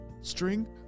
string